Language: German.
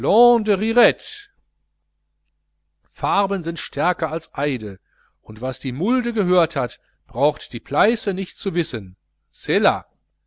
farben sind stärker als eide und was die mulde gehört hat braucht die pleiße nicht zu wissen sela